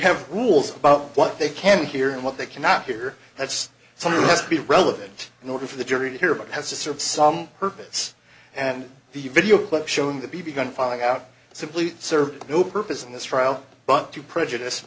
have rules about what they can hear and what they cannot hear that's something must be relevant in order for the jury to hear but it has to serve some purpose and the video clip shown the b b gun falling out simply serves no purpose in this trial but to prejudice